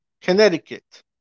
Connecticut